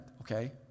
okay